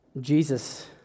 Jesus